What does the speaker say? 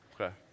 Okay